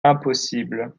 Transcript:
impossible